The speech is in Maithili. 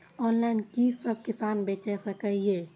ऑनलाईन कि सब किसान बैच सके ये?